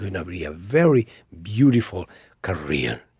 nobody. a very beautiful career.